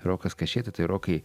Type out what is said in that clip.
rokas kašėta tai rokai